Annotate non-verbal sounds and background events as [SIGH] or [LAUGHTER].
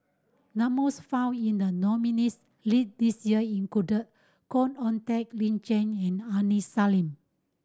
[UNINTELLIGIBLE] found in the nominees' lid this year included Khoo Oon Teik Lin Chen and Aini Salim